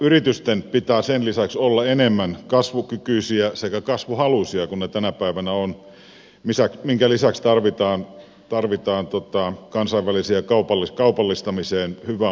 yritysten pitää sen lisäksi olla enemmän kasvukykyisiä sekä kasvuhaluisia kuin ne tänä päivänä ovat minkä lisäksi tarvitaan kansainväliseen kaupallistamiseen hyvää osaamista